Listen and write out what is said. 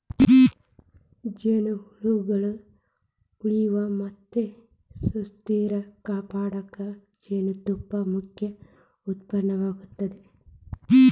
ಜೇನುಹುಳಗಳ ಉಳಿವು ಮತ್ತ ಸುಸ್ಥಿರತೆ ಕಾಪಾಡಕ ಜೇನುತುಪ್ಪ ಮುಖ್ಯ ಉತ್ಪನ್ನವಾಗೇತಿ